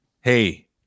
hey